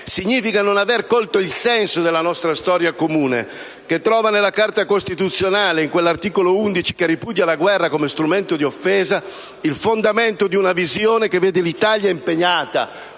significa non aver colto il senso della nostra storia comune. Esso trova nell'articolo 11 della Carta costituzionale, che ripudia la guerra come strumento di offesa, il fondamento di una visione che vede l'Italia impegnata